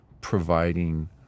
providing